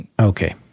Okay